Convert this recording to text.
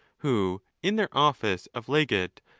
who, in their office of legate,